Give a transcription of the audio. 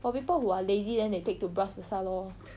for people who are lazy then they take to bras basah lor